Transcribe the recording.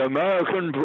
American